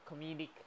comedic